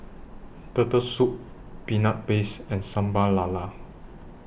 Turtle Soup Peanut Paste and Sambal Lala